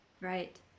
Right